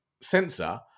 sensor